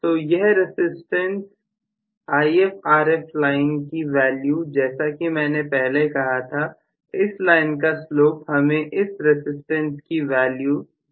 तो यह resistance IfRf line की वैल्यू जैसा कि मैंने पहले कहा था इस लाइन का स्लोप हमें इस रसिस्टेंस की वैल्यू देगा